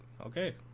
okay